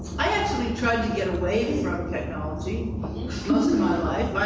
i actually try to get away from technology most of my life.